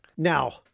Now